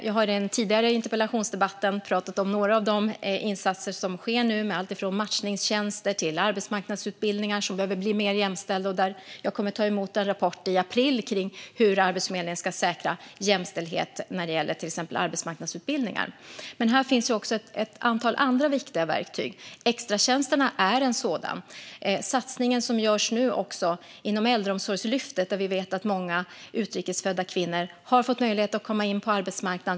Jag har i en tidigare interpellationsdebatt talat om några av de insatser som nu sker med allt från matchningstjänster till arbetsmarknadsutbildningar som behöver bli mer jämställda. Jag kommer att ta emot en rapport i april om hur Arbetsförmedlingen ska säkra jämställdhet när det gäller till exempel arbetsmarknadsutbildningar. Här finns också ett antal andra viktiga verktyg. Extratjänsterna är ett sådant. Det gäller också satsningen som nu görs inom Äldreomsorgslyftet. Där vet vi att många utrikes födda kvinnor har fått möjlighet att komma in på arbetsmarknaden.